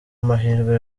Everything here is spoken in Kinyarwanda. amahirwe